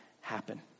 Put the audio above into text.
happen